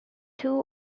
two